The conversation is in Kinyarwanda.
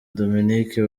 dominique